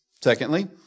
Secondly